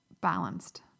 balanced